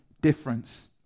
difference